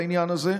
בעניין הזה.